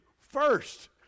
first